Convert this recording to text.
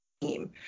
team